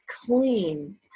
clean